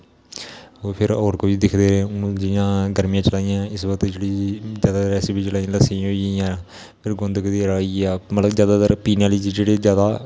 फिर और कोई दिक्खदे रेह् जियां गर्मी आइयैं इस बक्त जेहडी ज्यादा रैस्पी जेहडी लस्सी होई गेइयां फिर गूंद कदीरा होी गेआ मतलब ज्यादातर पिने आहली चीज जेहडी ज्यादा